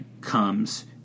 comes